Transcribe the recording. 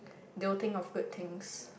they will think of good things